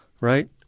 right